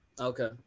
Okay